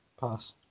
Pass